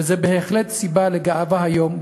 וזה בהחלט סיבה לגאווה היום,